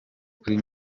kuri